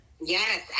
Yes